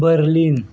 Berlin